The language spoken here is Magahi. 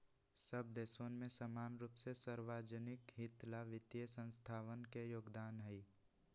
सब देशवन में समान रूप से सार्वज्निक हित ला वित्तीय संस्थावन के योगदान हई